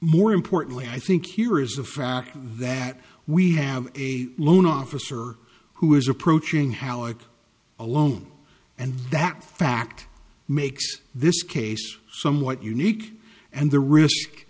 more importantly i think here is a fact that we have a loan officer who is approaching howard alone and that fact makes this case somewhat unique and the risk